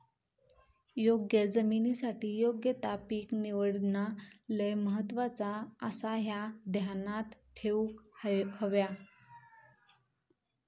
योग्य जमिनीसाठी योग्य ता पीक निवडणा लय महत्वाचा आसाह्या ध्यानात ठेवूक हव्या